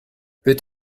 peut